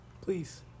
Please